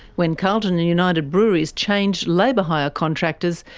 when carlton and united breweries changed labour hire contractors,